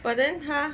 but then 他